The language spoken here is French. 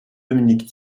dominique